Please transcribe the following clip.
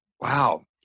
wow